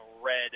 red